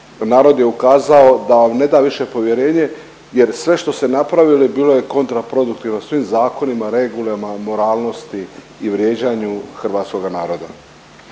narod je ukazao da vam ne da više povjerenje jer sve što ste napravili bilo je kontraproduktivno svim zakonima, regulama, moralnosti i vrijeđanju hrvatskoga naroda.